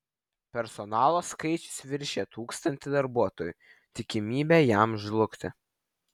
personalo skaičius viršija tūkstanti darbuotojų tikimybė jam žlugti